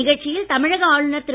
நிகழ்ச்சியில் தமிழக ஆளுநர் திரு